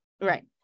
right